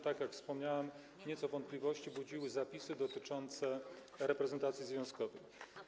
Tak jak wspomniałem, nieco wątpliwości budziły zapisy dotyczące reprezentacji związkowej.